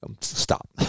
stop